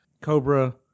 Cobra